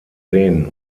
seen